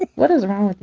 what is wrong?